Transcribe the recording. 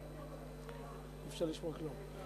אי-אפשר לשמוע כלום.